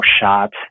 shot